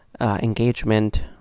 engagement